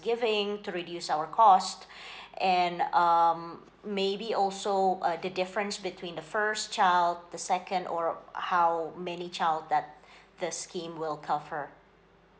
giving to reduce our cost and um maybe also uh the difference between the first child the second or how many child that the scheme will cover